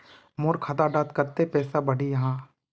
मोर खाता डात कत्ते पैसा बढ़ियाहा?